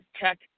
Tech